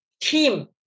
team